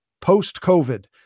post-COVID